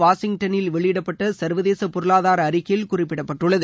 வாஷிங்டனில் வெளியிடப்பட்ட சர்வதேச பொருளாதார இதுகுறித்து அறிக்கையில் குறிப்பிடப்பட்டுள்ளது